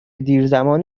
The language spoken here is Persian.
دیرزمانی